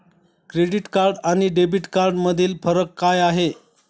Credit card आणि debit कार्डमधील फरक काय आहे?